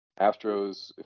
Astros